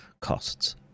costs